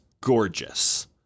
gorgeous